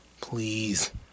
Please